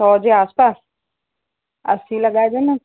सौ जे आसि पासि असी लॻाइजो न